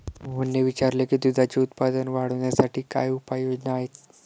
मोहनने विचारले की दुधाचे उत्पादन वाढवण्यासाठी काय उपाय योजना आहेत?